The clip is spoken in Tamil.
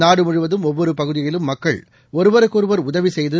நாடுமுழுவதும் ஒவ்வொருபகுதியிலும் மக்கள் ஒருவருக்கொருவர் உதவிசெய்து